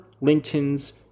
Linton's